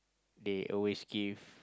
they always give